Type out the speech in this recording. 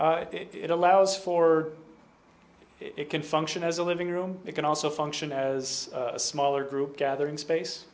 it allows for it can function as a living room it can also function as a smaller group gathering space